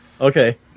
Okay